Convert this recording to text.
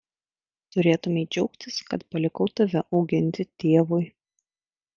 turėtumei džiaugtis kad palikau tave auginti tėvui